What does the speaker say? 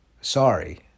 Sorry